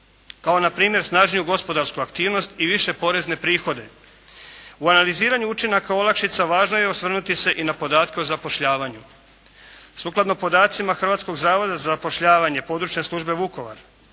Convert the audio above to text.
kao na primjer snažniju gospodarsku aktivnost i više porezne prihode. U analiziranju učinaka olakšica važno je osvrnuti se i na podatke o zapošljavanju. Sukladno podacima Hrvatskog zavoda za zapošljavanje područne službe Vukovar,